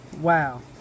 wow